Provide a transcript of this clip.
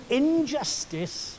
injustice